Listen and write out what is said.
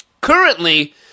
Currently